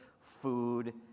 food